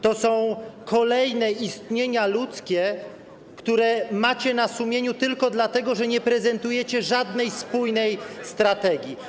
To są kolejne istnienia ludzkie, które macie na sumieniu tylko dlatego, że nie prezentujecie żadnej spójnej strategii.